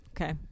Okay